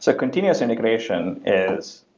so continuous integration is,